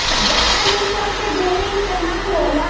जाड़ा मे इ सब के ढेरे इस्तमाल होला